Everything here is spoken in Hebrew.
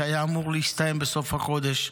שהיה אמור להסתיים בסוף החודש.